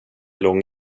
lång